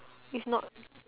it's not